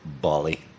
Bali